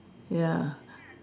ya